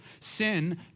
Sin